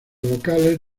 vocales